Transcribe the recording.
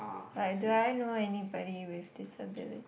like do I know anybody with disability